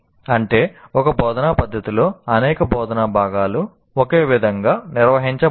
అంటే ఒక బోధనా పద్ధతిలో అనేక బోధనా భాగాలు ఒకే విధంగా నిర్వహించబడతాయి